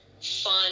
fun